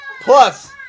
plus